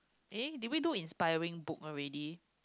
eh did we do inspiring book already